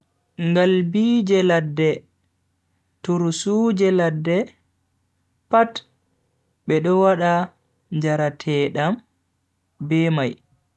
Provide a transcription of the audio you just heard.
Ngalbiije ladde, tursuuje ladde pat bedo wada njarateedam be mai.